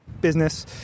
business